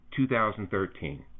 2013